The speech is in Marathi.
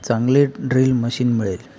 चांगले ड्रिल मशीन मिळेल